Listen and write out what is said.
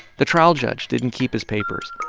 the trial judge didn't keep his papers,